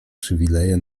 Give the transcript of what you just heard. przywileje